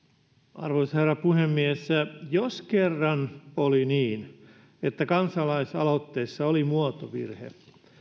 arvoisa herra puhemies jos kerran oli niin että kansalaisaloitteessa oli muotovirhe